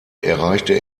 erreichte